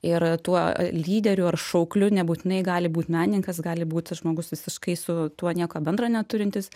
ir tuo lyderiu ar šaukliu nebūtinai gali būt menininkas gali būti žmogus visiškai su tuo nieko bendra neturintis